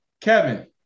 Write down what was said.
Kevin